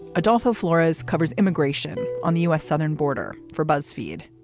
adolfo flores covers immigration on the u s. southern border for buzzfeed.